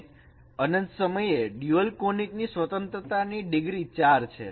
અને અનંત સમયે ડ્યુઅલ કોનીક ની સ્વતંત્રતા ની ડિગ્રી 4 છે